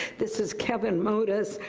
this is kevin modus,